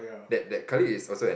that that colleague is also an